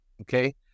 Okay